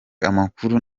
amakuru